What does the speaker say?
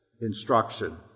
instruction